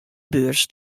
beurs